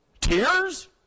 tears